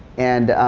and,